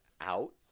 out